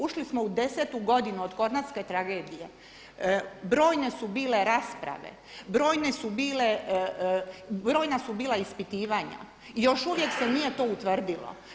Ušli smo u 10-tu godinu od Kornatske tragedije, brojne su bile rasprave, brojne su bile, brojna su bila ispitivanja i još uvijek se nije to utvrdilo.